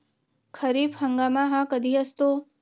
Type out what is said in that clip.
खरीप हंगाम हा कधी असतो?